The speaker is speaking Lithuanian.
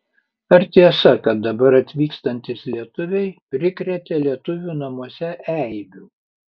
ar tiesa kad dabar atvykstantys lietuviai prikrėtė lietuvių namuose eibių